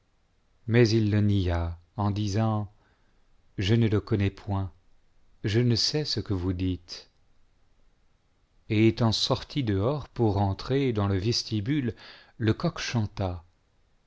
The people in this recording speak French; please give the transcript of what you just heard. mais il enia en disant je ne le connais point et je ne sais ce que vous dites et étant sorti dehors pour entrer dans le vestibule le coq chanta